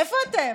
איפה אתם?